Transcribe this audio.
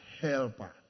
helper